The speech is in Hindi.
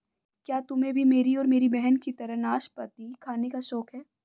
क्या तुम्हे भी मेरी और मेरी बहन की तरह नाशपाती खाने का शौक है?